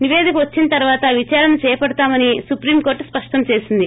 నిపేదిక వచ్చిన తర్వాత విచారణ చేపడతామని సుప్రీంకోర్లు స్పస్టం చేసింది